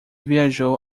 viajou